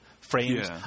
frames